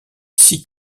six